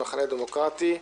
המחנה הדמוקרטי,